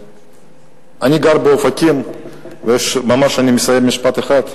אני ממש מסיים במשפט אחד.